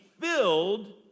filled